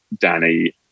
Danny